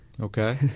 Okay